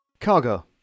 Cargo